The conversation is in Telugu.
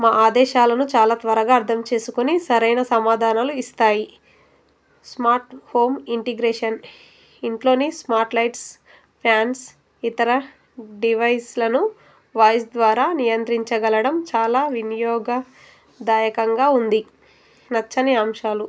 మా ఆదేశాలను చాలా త్వరగా అర్థం చేసుకుని సరైన సమాధానాలు ఇస్తాయి స్మార్ట్ హోమ్ ఇంటిగ్రేషన్ ఇంట్లోని స్మార్ట్ లైట్స్ ఫ్యాన్స్ ఇతర డివైస్లను వాయిస్ ద్వారా నియంత్రించగలడం చాలా వినియోగదాయకంగా ఉంది నచ్చని అంశాలు